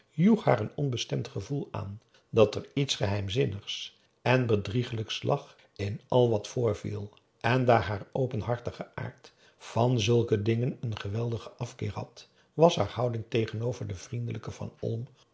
haar een onbestemd gevoel aan dat er iets geheimzinnigs en bedriegelijks lag in al wat voorviel en daar haar openhartige aard van zulke dingen een geweldigen afkeer had was haar houding tegenover den vriendelijken van olm